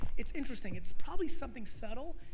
it's interesting, it's probably something subtle,